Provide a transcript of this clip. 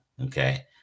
okay